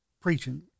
preaching